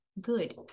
good